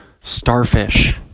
Starfish